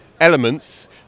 elements